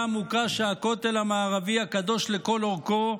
העמוקה שהכותל המערבי קדוש לכל אורכו,